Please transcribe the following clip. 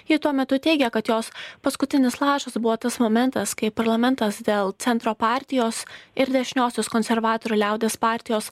ji tuo metu teigė kad jos paskutinis lašas buvo tas momentas kai parlamentas dėl centro partijos ir dešiniosios konservatorių liaudies partijos